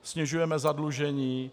Snižujeme zadlužení.